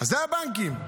אלה הבנקים.